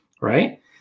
right